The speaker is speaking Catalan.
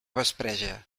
vespreja